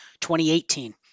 2018